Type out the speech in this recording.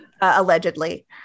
allegedly